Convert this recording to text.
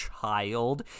child